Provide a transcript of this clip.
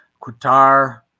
Qatar